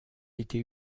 été